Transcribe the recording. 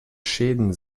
schäden